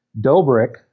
Dobrik –